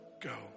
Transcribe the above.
go